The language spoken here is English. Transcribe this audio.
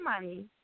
money